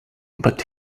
but